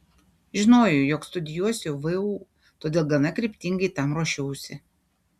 žinojau jog studijuosiu vu todėl gana kryptingai tam ruošiausi